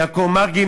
יעקב מרגי,